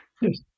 Yes